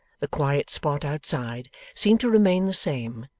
the quiet spot, outside, seemed to remain the same,